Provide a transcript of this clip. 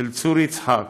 של צור יצחק,